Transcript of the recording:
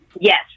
Yes